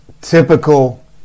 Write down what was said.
typical